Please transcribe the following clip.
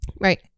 Right